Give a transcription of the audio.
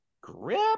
grip